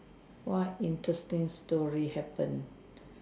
what interesting story happened